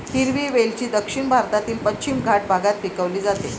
हिरवी वेलची दक्षिण भारतातील पश्चिम घाट भागात पिकवली जाते